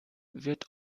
wird